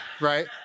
right